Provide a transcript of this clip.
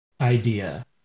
idea